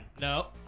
No